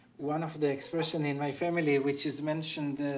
one of the expressions in my family which is mentioned